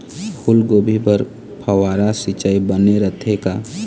फूलगोभी बर फव्वारा सिचाई बने रथे का?